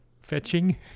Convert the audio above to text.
fetching